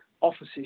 offices